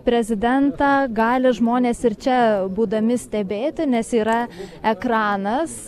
prezidentą gali žmonės ir čia būdami stebėti nes yra ekranas